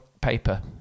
paper